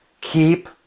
Keep